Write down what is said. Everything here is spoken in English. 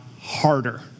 harder